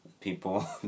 people